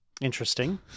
Interesting